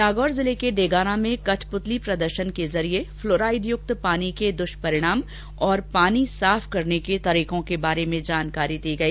नागौर जिले के डेगाना में कठपुतली प्रदर्शन के जरिये फ्लोराइडयुक्त पानी के दुष्परिणाम और पानी साफ करने के तरीकों की जानकारी दी गई